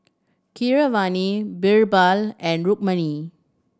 Keeravani Birbal and Rukmini